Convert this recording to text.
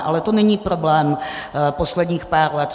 Ale to není problém posledních pár let.